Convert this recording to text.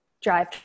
drive